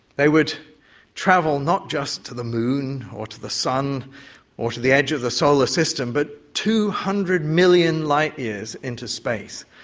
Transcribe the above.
they would travel not just to the moon or to the sun or to the edge of the solar system but two hundred million light years into space.